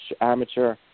amateur